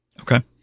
Okay